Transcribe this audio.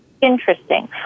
interesting